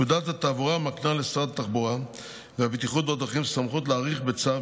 פקודת התעבורה מקנה לשרת התחבורה והבטיחות בדרכים סמכות להאריך בצו,